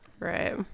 Right